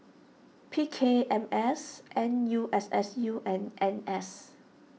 P K M S N U S S U and N S